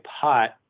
pot